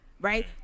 Right